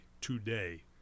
today